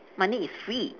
money is free